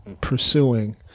pursuing